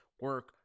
Work